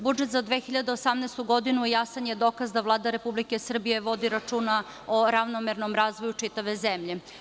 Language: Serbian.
Budžet za 2018. godinu jasan je dokaz da Vlada Republike Srbije vodi računa o ravnomernom razvoju čitave zemlje.